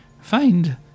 find